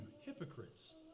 hypocrites